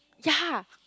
ya